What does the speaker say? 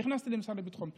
נכנסתי למשרד לביטחון הפנים,